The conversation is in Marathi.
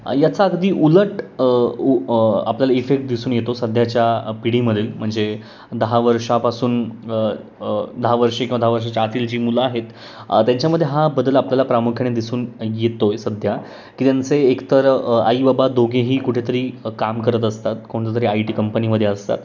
याचा अगदी उलट उ आपल्याला इफेक्ट दिसून येतो सध्याच्या पिढीमधील म्हणजे दहा वर्षापासून दहा वर्षी किंवा दहा वर्षाच्या आतील जी मुलं आहेत त्यांच्यामध्ये हा बदल आपल्याला प्रामुख्याने दिसून येतो आहे सध्या की त्यांचे एक तर आई बाबा दोघेही कुठेतरी काम करत असतात कोणत्यातरी आय टी कंपनीमध्ये असतात